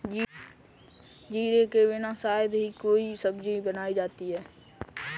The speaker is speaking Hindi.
जीरे के बिना शायद ही कोई सब्जी बनाई जाती है